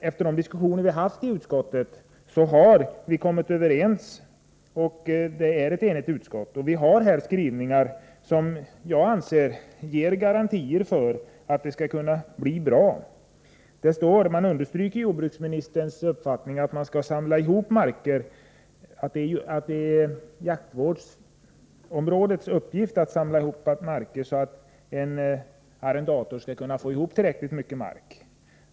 Efter de diskussioner vi har haft i utskottet har vi kommit överens, och utskottet är enigt. Jag anser att utskottets skrivning i betänkandet ger garantier för att det skall kunna bli bra. Jordbruksministerns uppfattning understryks, nämligen att det är en uppgift för jaktvårdsområdet att samla ihop marker, så att en arrendator kan få ihop tillräckligt mycket mark.